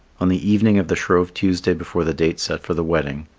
on the evening of the shrove tuesday before the date set for the wedding,